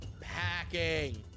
packing